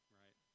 right